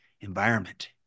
environment